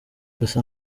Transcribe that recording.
gusa